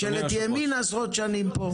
וממשלת ימין של עשרות שנים פה.